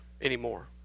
anymore